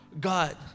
God